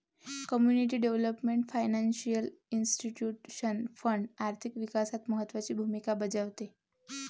community development financial institution fund आर्थिक विकासात महत्त्वाची भूमिका बजावते